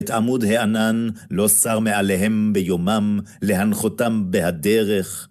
את עמוד הענן לא סר מעליהם ביומם, להנחותם בהדרך.